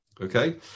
Okay